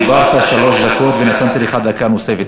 דיברת שלוש דקות ונתתי לך דקה נוספת.